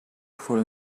for